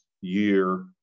year